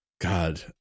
God